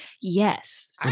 Yes